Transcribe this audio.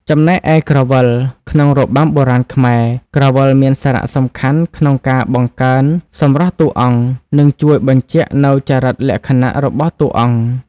ចំណែកឯក្រវិល ក្នុងរបាំបុរាណខ្មែរ ក្រវិលមានសារៈសំខាន់ក្នុងការបង្កើនសម្រស់តួអង្គ និងជួយបញ្ជាក់នូវចរិតលក្ខណៈរបស់តួអង្គ។